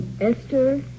Esther